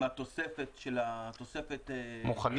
עם התוספת --- מוכנים,